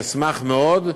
אני אשמח מאוד,